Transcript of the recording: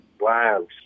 wow